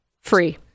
free